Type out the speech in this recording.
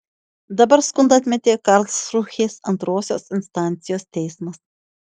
dabar skundą atmetė karlsrūhės antrosios instancijos teismas